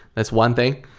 that's one thing.